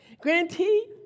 Grantee